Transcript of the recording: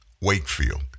Wakefield